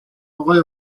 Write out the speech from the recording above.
اقای